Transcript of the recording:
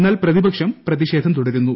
എന്നാൽ പ്രതിപക്ഷം പ്രതിഷേധം തുടരുന്നു